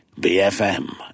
BFM